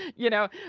you know,